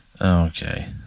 okay